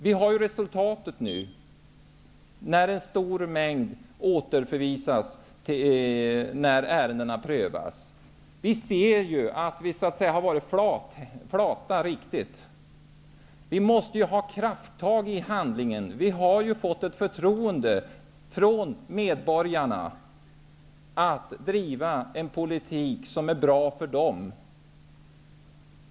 Vi har ju resultatet nu, när en stor mängd människor återförvisas efter det att ärendena prövats. Vi ser att vi varit riktigt flata. Vi måste handla med krafttag. Vi har fått förtroende från medborgarna att driva en politik som är bra för dem.